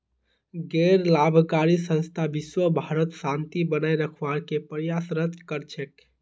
गैर लाभकारी संस्था विशव भरत शांति बनए रखवार के प्रयासरत कर छेक